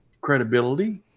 credibility